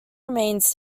remains